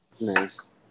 nice